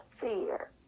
fear